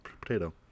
potato